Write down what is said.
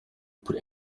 put